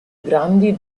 grandi